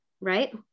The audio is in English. right